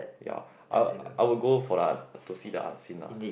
ya I I will go for the arts to see the art scene ah